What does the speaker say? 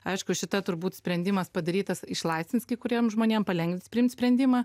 aišku šita turbūt sprendimas padarytas išlaisvins kai kuriem žmonėm palengvins priimt sprendimą